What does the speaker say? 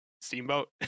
Steamboat